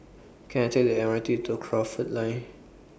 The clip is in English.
Can I Take The M R T to Crawford Lane